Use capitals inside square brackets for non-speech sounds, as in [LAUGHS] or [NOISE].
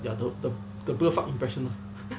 ya the the the blur fuck impression [LAUGHS]